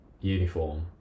uniform